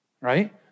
right